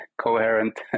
coherent